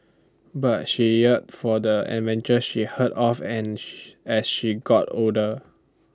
but she yearn for the adventures she heard of and as she got older